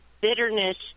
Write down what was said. bitterness